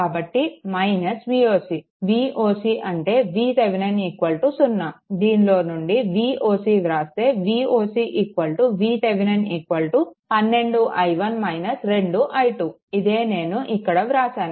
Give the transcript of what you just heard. కాబట్టి Voc Voc అంటే VThevenin 0 దీనిలో నుండి Voc వ్రాస్తే Voc VThevenin 12i1 2i2 ఇదే నేను ఇక్కడ వ్రాసాను